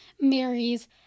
marries